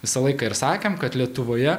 visą laiką ir sakėm kad lietuvoje